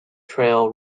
trail